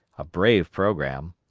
a brave programme!